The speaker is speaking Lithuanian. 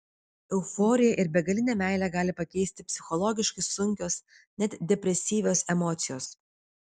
euforiją ir begalinę meilę gali pakeisti psichologiškai sunkios net depresyvios emocijos